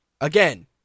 Again